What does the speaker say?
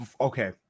okay